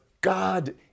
God